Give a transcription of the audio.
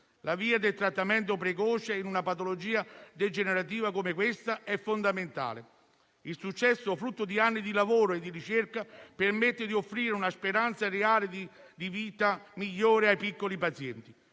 la via del trattamento precoce in una patologia degenerativa come questa è fondamentale. Il successo, frutto di anni di lavoro e di ricerca, permette di offrire una speranza reale di vita migliore ai piccoli pazienti.